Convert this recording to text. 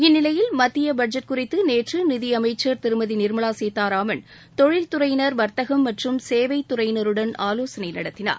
இந்நிலையில் மத்திய பட்ஜெட் குறித்து நேற்று நிதி அமைச்சர் திருமதி நிர்மலா சீதாராமன் தொழில் துறையினர் வர்த்தகம் மற்றும் சேவை துறையினருடன் ஆலோசனை நடத்தினார்